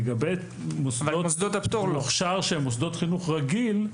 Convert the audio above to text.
לגבי מוכש"ר שהם מוסדות חינוך רגיל,